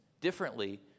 differently